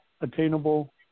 attainable